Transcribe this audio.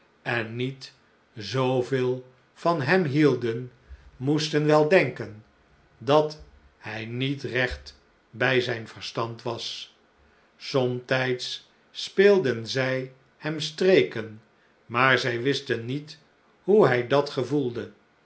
sissy's gesohiedenis veel van hem hielden moesten wel denken dat liij niet recht bij zijn verstand was somtijds speelden zij hem streken maar zij wisten niet hoe hij dat gevoelde